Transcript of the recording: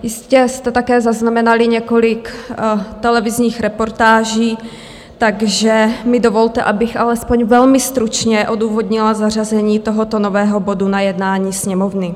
Jistě jste také zaznamenali několik televizních reportáží, takže mi dovolte, abych alespoň velmi stručně odůvodnila zařazení tohoto nového bodu na jednání Sněmovny.